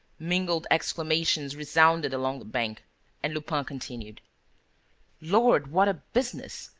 mingled exclamations resounded along the bank and lupin continued lord, what a business!